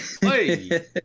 Hey